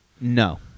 no